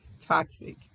toxic